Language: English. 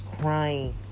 crying